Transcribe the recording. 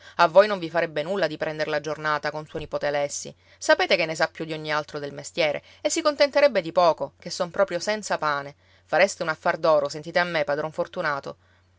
a voi non vi farebbe nulla di prenderlo a giornata con suo nipote alessi sapete che ne sa più di ogni altro del mestiere e si contenterebbe di poco ché son proprio senza pane fareste un affar d'oro sentite a me padron fortunato